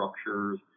structures